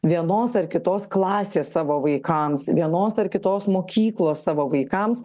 vienos ar kitos klasės savo vaikams vienos ar kitos mokyklos savo vaikams